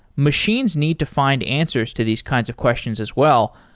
machines need to find answers to these kinds of questions as well,